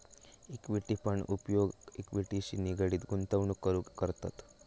equity fund उपयोग इक्विटीशी निगडीत गुंतवणूक करूक करतत